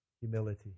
humility